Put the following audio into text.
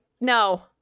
no